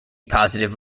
positive